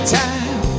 time